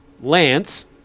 Lance